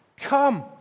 come